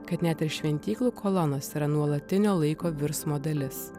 kad net ir šventyklų kolonos yra nuolatinio laiko virsmo dalis